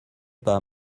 pas